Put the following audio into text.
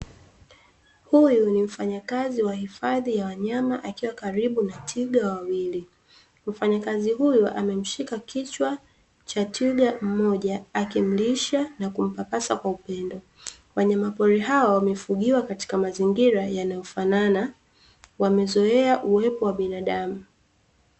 Huyu ni mfanyakazi wa hifadhi ya wanyama akiwa karibu na twiga wawili, mfanyakazi huyu ameshika kichwa cha twiga mmoja akimlisha na kumpapasa kwa upendo, wanyamapori hawa wamefugiwa katika mazingira yanayofanana wamezoea uwepo wa binadamu.